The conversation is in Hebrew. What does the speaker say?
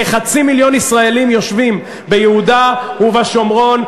כחצי מיליון ישראלים יושבים ביהודה ובשומרון,